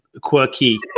quirky